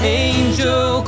angel